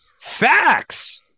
facts